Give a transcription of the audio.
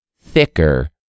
thicker